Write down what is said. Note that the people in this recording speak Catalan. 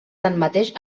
tanmateix